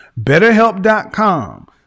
Betterhelp.com